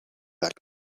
back